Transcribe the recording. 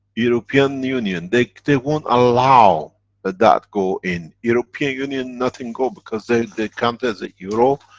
european union they, they won't allow that that go in. european union nothing go, because they they count as a euro,